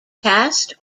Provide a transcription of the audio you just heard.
cast